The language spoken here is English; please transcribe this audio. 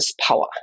power